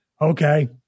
Okay